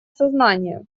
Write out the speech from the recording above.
сознание